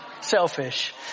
Selfish